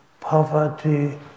poverty